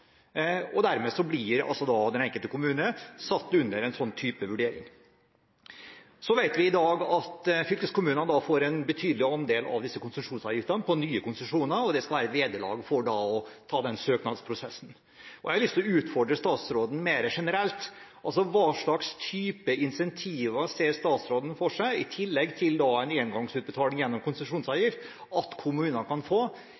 og dermed blir den enkelte kommune satt under en sånn type vurdering. Så vet vi i dag at fylkeskommunene får en betydelig andel av disse konsesjonsavgiftene på nye konsesjoner, og det skal være et vederlag for å ta den søknadsprosessen. Jeg har lyst til å utfordre statsråden mer generelt. Altså: Hva slags type incentiver ser statsråden for seg at kommunene kan få i tillegg til en engangsutbetaling gjennom